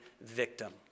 victim